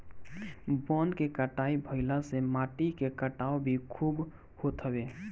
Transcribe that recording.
वन के कटाई भाइला से माटी के कटाव भी खूब होत हवे